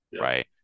Right